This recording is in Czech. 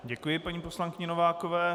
Děkuji paní poslankyni Novákové.